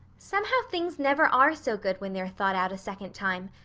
somehow, things never are so good when they're thought out a second time.